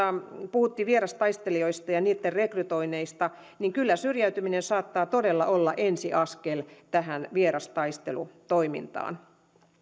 puhuttiin vierastaistelijoista ja ja niitten rekrytoinneista monta kertaa kyllä syrjäytyminen saattaa todella olla ensiaskel tähän vierastaistelutoimintaan